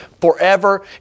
forever